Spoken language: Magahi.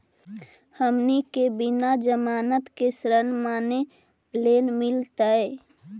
हमनी के बिना जमानत के ऋण माने लोन मिलतई?